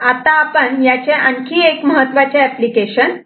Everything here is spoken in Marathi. आता आपण याचे आणखी एक महत्त्वाचे एप्लीकेशन